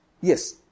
Yes